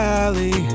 Valley